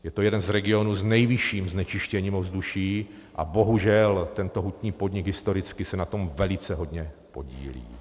Je to jeden z regionů s nejvyšším znečištěním ovzduší a bohužel tento hutní podnik historicky se na tom velice hodně podílí.